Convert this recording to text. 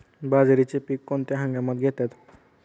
बाजरीचे पीक कोणत्या हंगामात घेतात?